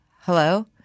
hello